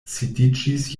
sidiĝis